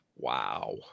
Wow